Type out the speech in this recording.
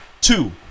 Two